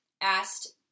asked